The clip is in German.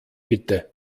bitte